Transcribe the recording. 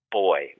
boy